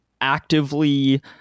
actively